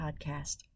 podcast